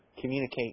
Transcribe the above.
communicate